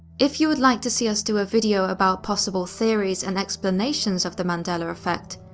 if you would like to see us do a video about possible theories and explanations of the mandela effect,